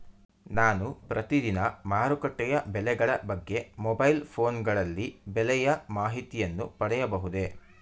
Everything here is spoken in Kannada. ನಾನು ಪ್ರತಿದಿನ ಮಾರುಕಟ್ಟೆಯ ಬೆಲೆಗಳ ಬಗ್ಗೆ ಮೊಬೈಲ್ ಫೋನ್ ಗಳಲ್ಲಿ ಬೆಲೆಯ ಮಾಹಿತಿಯನ್ನು ಪಡೆಯಬಹುದೇ?